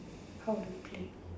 how to play